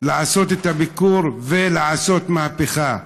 לעשות את הביקור ולעשות מהפכה,